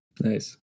nice